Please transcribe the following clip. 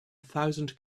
thousand